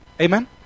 Amen